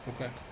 Okay